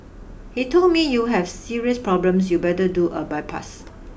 he told me you have serious problems you better do a bypass